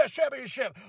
Championship